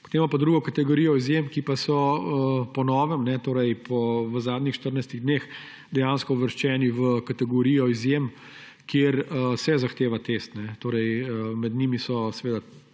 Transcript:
imamo pa drugo kategorijo izjem, ki so po novem, torej v zadnjih 14 dneh, dejansko uvrščeni v kategorijo izjem, kjer se zahteva test. Med njimi so